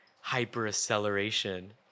hyper-acceleration